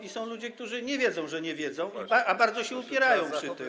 i są ludzie, którzy nie wiedzą, że nie wiedzą, a bardzo się upierają przy tym.